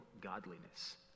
godliness